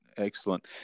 Excellent